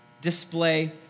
display